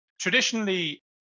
Traditionally